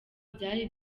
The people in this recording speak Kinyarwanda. byari